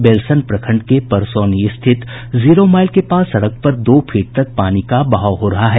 बेलसंड प्रखंड के परसौनी स्थित जीरोमाईल के पास सड़क पर दो फीट तक पानी का बहाव हो रहा है